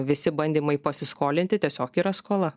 visi bandymai pasiskolinti tiesiog yra skola